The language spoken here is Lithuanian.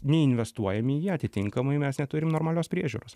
neinvestuojam į jį atitinkamai mes neturim normalios priežiūros